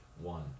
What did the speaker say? one